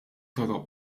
toroq